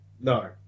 No